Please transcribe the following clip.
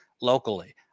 locally